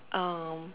um